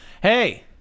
hey